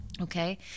Okay